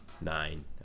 nine